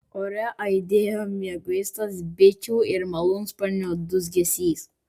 ore aidėjo mieguistas bičių ir malūnsparnių dūzgesys